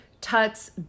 Tut's